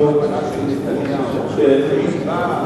שנייה אחת של נתניהו, היא באה,